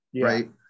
right